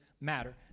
matter